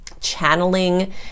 channeling